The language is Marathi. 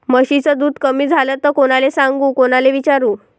म्हशीचं दूध कमी झालं त कोनाले सांगू कोनाले विचारू?